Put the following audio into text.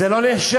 זה לא נחשב.